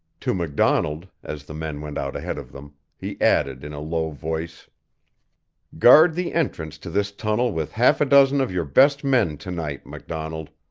to macdonald, as the men went out ahead of them, he added in a low voice guard the entrance to this tunnel with half a dozen of your best men to-night, macdonald.